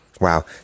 Wow